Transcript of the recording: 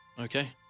Okay